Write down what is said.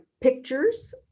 pictures